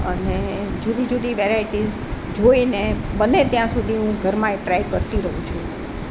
અને જુદી જુદી વેરાયટીસ જોઈને બને ત્યાં સુધી હું ઘરમાં એ ટ્રાય કરતી રહું છું